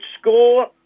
score